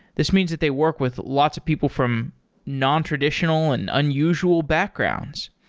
this means that they work with lots of people from nontraditional and unusual backgrounds.